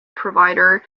provider